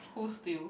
who steal